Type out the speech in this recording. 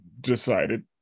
decided